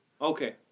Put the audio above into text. Okay